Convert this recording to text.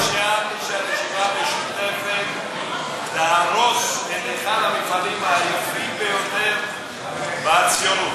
לא שיערתם שהרשימה המשותפת תהרוס את אחד המפעלים היפים ביותר בציונות.